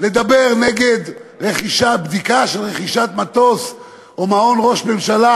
לדבר נגד בדיקה של רכישת מטוס או מעון לראש הממשלה,